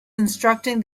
instructing